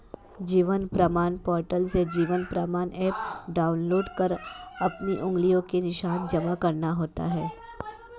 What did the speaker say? जीवन प्रमाण पोर्टल से Jeevan Pramaan app download कर अपनी उंगलियों के निशान जमा करना होता है